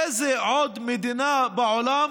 איזו עוד מדינה בעולם?